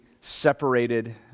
separated